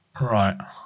Right